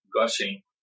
gushing